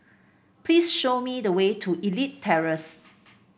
please show me the way to Elite Terrace